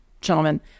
gentlemen